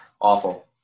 Awful